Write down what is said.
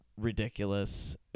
ridiculous